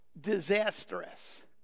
disastrous